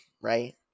right